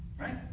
right